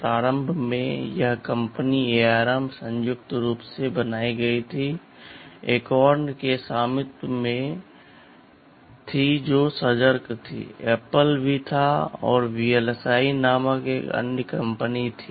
प्रारंभ में यह कंपनी ARM संयुक्त रूप से बनाई गई थी और एकोर्न के स्वामित्व में थी जो सर्जक थी Apple भी था और VLSI नामक एक अन्य कंपनी थी